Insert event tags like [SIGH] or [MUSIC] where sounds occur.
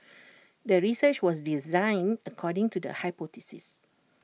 [NOISE] the research was designed according to the hypothesis